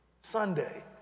Sunday